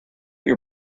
your